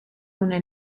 una